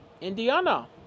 Indiana